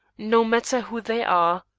no matter who they are.